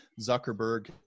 Zuckerberg